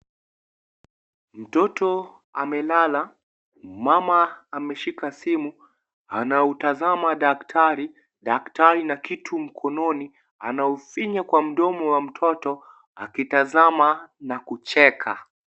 Mtoto amelala mama ameshika simu anautazama daktari daktari na kitu mkononi anaufinya kwa mdomo wa mtoto akitazama na kucheka.